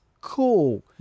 cool